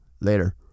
Later